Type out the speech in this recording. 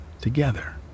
together